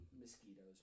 Mosquitoes